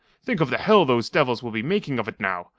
think of the hell those devils will be making of it now!